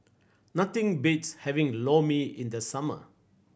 nothing beats having Lor Mee in the summer